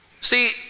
See